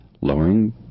lowering